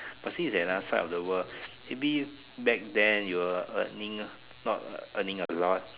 but since is at another side of the world maybe back then you're earning not earning a lot